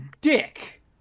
dick